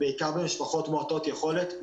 בעיקר במשפחות מעוטות יכולת,